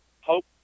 hope